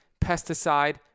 pesticide